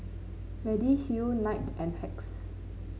Mediheal Knight and Hacks